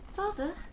Father